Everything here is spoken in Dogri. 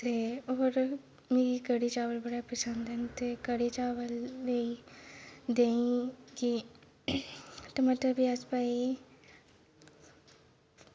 ते होर मिगी कढ़ी चावल बड़ा पसंद ऐ ते कढ़ी चावल लेई देहीं कि टमाटर प्याज़ पाइयै